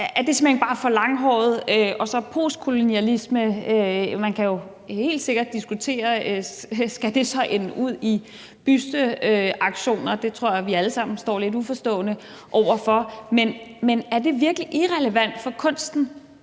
Er det simpelt hen bare for langhåret? Og så postkolonialisme? Man kan jo helt sikkert diskutere, om det så skal ende ud i busteaktioner, for det tror jeg vi alle sammen står lidt uforstående over for, men er det virkelig irrelevant for kunsten